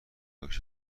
باشی